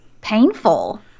painful